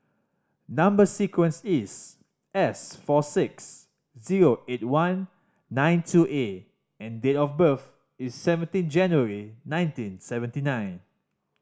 number sequence is S four six zero eight one nine two A and date of birth is seventeen January nineteen seventy nine